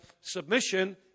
submission